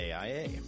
AIA